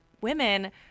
women